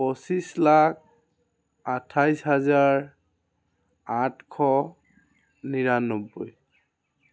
পঁচিছ লাখ আঁঠাইছ হাজাৰ আঠশ নিৰান্নব্বৈ